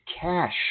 cash